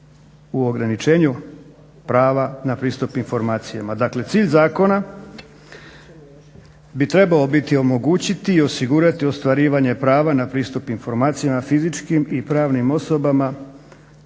u ograničenju prava na pristup informacijama. Dakle, cilj zakona bi trebao biti omogućiti i osigurati ostvarivanje prava na pristup informacijama fizičkim i pravnim osobama